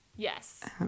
Yes